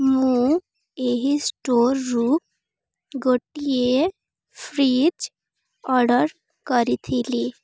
ମୁଁ ଏହି ଷ୍ଟୋର୍ରୁ ଗୋଟିଏ ଫ୍ରିଜ୍ ଅର୍ଡ଼ର୍ କରିଥିଲି